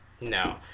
no